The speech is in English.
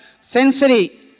sensory